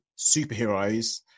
superheroes